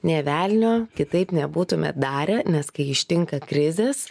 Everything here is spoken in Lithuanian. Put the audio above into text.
nė velnio kitaip nebūtumėt darę nes kai ištinka krizės